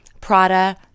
Prada